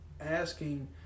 asking